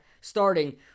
starting